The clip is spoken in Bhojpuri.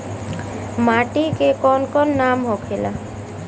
माटी के कौन कौन नाम होखेला?